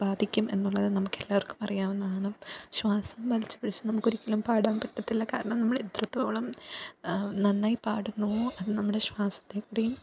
ബാധിക്കും എന്നുള്ളത് നമുക്കെല്ലാവർക്കും അറിയാവുന്നതാണ് ശ്വാസം വലിച്ച് പിടിച്ച് നമുക്കൊരിക്കലും പാടാൻ പറ്റത്തില്ല കാരണം നമ്മളെത്രത്തോളം നന്നായി പാടുന്നുവോ അത് നമ്മുടെ ശ്വാസത്തെ കൂടിയും